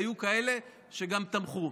היו כאלה שגם תמכו,